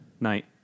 Night